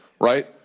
right